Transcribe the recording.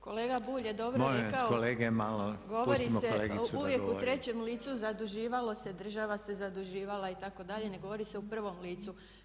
Kolega Bulj je dobro rekao, govori se uvijek u trećem licu, zaduživalo se, država se zaduživala itd., ne govori se u prvom licu.